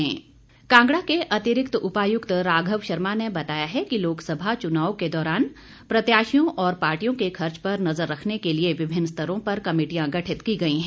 अतिरिक्त उपायुक्त कांगड़ा के अतिरिक्त उपायुक्त राघव शर्मा ने बताया है कि लोकसभा चुनाव के दौरान प्रत्याशियों और पार्टियों के खर्च पर नजर रखने के लिए विभिन्न स्तरों पर कमेटियां गठित की गई है